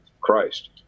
Christ